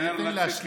תן לי להשלים,